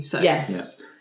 Yes